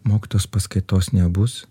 mokytojos paskaitos nebus